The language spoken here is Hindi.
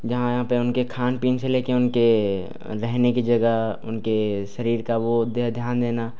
जहाँ पर उनके खान पीन से लेकर उनके रहने की जगह उनके शरीर का वह ध्यान देना